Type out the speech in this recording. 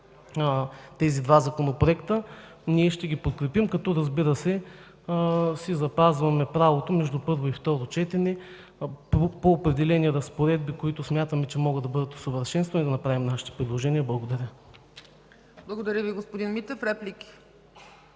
тези два законопроекта, ще ги подкрепим, като си запазваме правото между първо и второ четене по определени разпоредби, които смятаме, че могат да бъдат усъвършенствани, да направим нашите предложения. Благодаря. ПРЕДСЕДАТЕЛ ЦЕЦКА ЦАЧЕВА: Благодаря, господин Митев. Реплики?